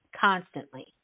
constantly